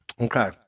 Okay